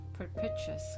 perpetuous